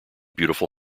beautiful